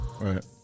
Right